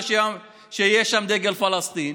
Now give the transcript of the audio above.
זה שיש שם דגל פלסטין,